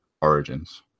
Origins